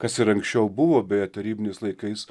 kas ir anksčiau buvo beje tarybiniais laikais